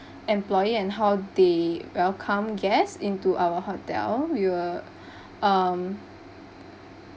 employee and how they welcome guests into our hotel we will um